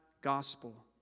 gospel